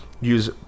use